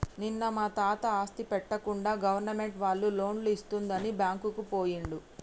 నిన్న మా తాత ఆస్తి పెట్టకుండా గవర్నమెంట్ వాళ్ళు లోన్లు ఇస్తుందని బ్యాంకుకు పోయిండు